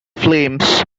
flames